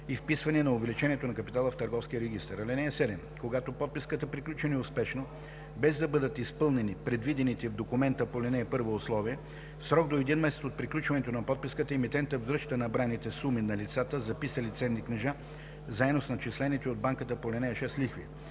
и вписване на увеличението на капитала в търговския регистър. (7) Когато подписката приключи неуспешно, без да бъдат изпълнени предвидените в документа по ал. 1 условия, в срок до един месец от приключването на подписката емитентът връща набраните суми на лицата, записали ценни книжа, заедно с начислените от банката по ал. 6 лихви.